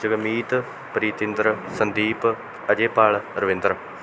Jagmeet Preetinder Sandeep Ajaypal Ravinder